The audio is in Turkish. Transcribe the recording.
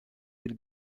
bir